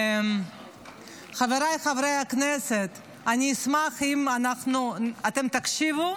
חבריי חברי הכנסת, אשמח אם תקשיבו,